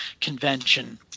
convention –